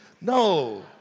No